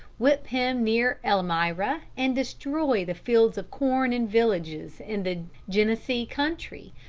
whip him near elmira, and destroy the fields of corn and villages in the genesee country,